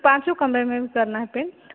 पाँचों कमरे में करना है पेन्ट